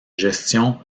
gestion